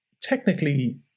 technically